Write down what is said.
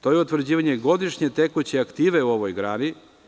To je utvrđivanje godišnje tekuće aktive u ovoj grani.